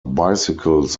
bicycles